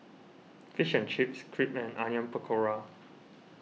Fish and Chips Crepe and Onion Pakora